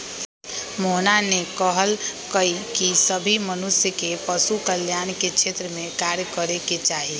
मोहना ने कहल कई की सभी मनुष्य के पशु कल्याण के क्षेत्र में कार्य करे के चाहि